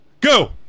go